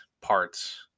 parts